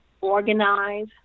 organize